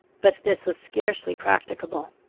but this was scarcely practicable